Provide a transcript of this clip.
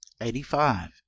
eighty-five